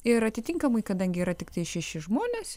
ir atitinkamai kadangi yra tiktai šeši žmonės